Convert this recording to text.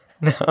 No